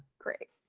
great.